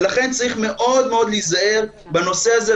ולכן צריך מאוד מאוד להיזהר בנושא הזה.